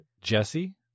Jesse